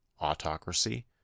Autocracy